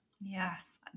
Yes